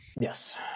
Yes